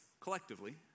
collectively